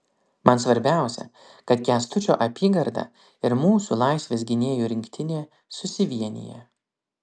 man svarbiausia kad kęstučio apygarda ir mūsų laisvės gynėjų rinktinė susivienija